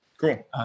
Cool